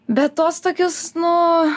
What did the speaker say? be tuos tokius nu